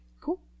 Cool